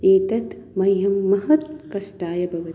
एतत् मह्यम् महत् कष्टाय भवति